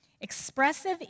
Expressive